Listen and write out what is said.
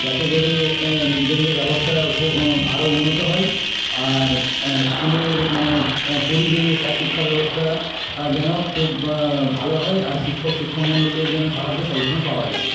যাতে করে mid day মিলের ব্যবস্থা খুব আরও উন্নত হয় আর স্কুলের মানে পরিবেশ আর শিক্ষাব্যবস্থা যেন খুব ভালো হয় আর শিক্ষক শিক্ষমণ্ডলীর যেন সাহায্য সব সময় পাওয়া যায়